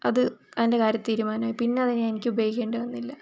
അത് അതിൻ്റെ കാര്യം തീരുമാനമായി പിന്നെ അത് ഞാൻ എനിക്ക് ഉപയോഗിക്കേണ്ടി വന്നില്ല